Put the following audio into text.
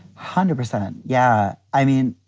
hundred percent. yeah. i mean,